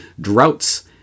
droughts